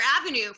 avenue